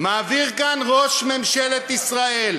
מעביר כאן ראש ממשלת ישראל,